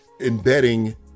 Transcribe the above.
embedding